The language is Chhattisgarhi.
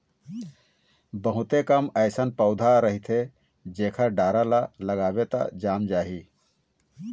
बहुते कम अइसन पउधा रहिथे जेखर डारा ल लगाबे त जाम जाही